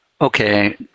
Okay